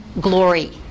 glory